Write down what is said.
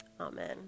Amen